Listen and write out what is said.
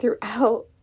throughout